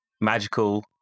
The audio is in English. magical